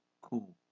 Cool